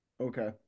Okay